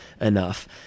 enough